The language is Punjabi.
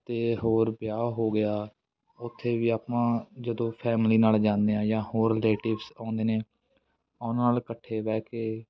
ਅਤੇ ਹੋਰ ਵਿਆਹ ਹੋ ਗਿਆ ਉੱਥੇ ਵੀ ਆਪਾਂ ਜਦੋਂ ਫੈਮਲੀ ਨਾਲ ਜਾਂਦੇ ਹਾਂ ਜਾਂ ਹੋਰ ਰਲੇਟਿਵਸ ਆਉਂਦੇ ਨੇ ਉਹਨਾਂ ਨਾਲ ਇਕੱਠੇ ਬਹਿ ਕੇ